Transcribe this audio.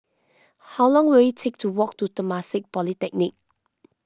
how long will it take to walk to Temasek Polytechnic